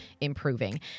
improving